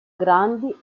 grandi